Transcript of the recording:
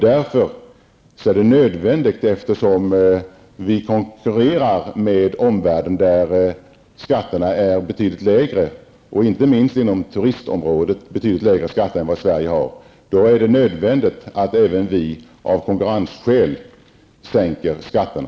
Eftersom vi i Sverige konkurrerar med omvärlden -- där skatterna är betydligt lägre, inte minst när det gäller turistnäringen -- är det nödvändigt att även vi, av konkurrensskäl, sänker skatterna.